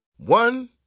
One